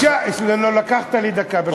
לקחת לי דקה.